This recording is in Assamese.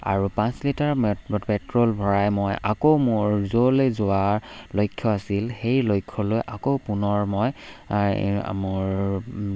আৰু পাঁচ লিটাৰ মে পেট্ৰল ভৰাই মই আকৌ মোৰ য'লৈ যোৱা লক্ষ্য আছিল সেই লক্ষ্যলৈ আকৌ পুনৰ মই মোৰ